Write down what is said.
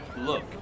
look